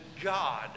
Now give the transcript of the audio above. God